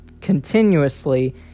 continuously